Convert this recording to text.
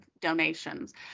donations